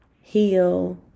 heal